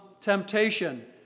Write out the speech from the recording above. temptation